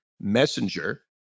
messenger